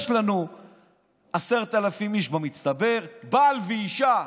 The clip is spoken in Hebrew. יש לנו 10,000 איש במצטבר, בעל ואישה,